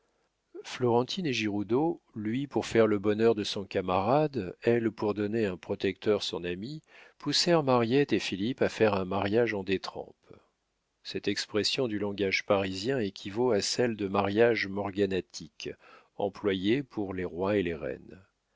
florentine et giroudeau lui pour faire le bonheur de son camarade elle pour donner un protecteur à son amie poussèrent mariette et philippe à faire un mariage en détrempe cette expression du langage parisien équivaut à celle de mariage morganatique employée pour les rois et les reines